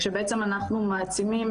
כשבעצם אנחנו מעצימים,